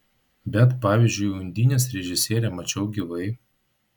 bet pavyzdžiui undinės režisierę mačiau gyvai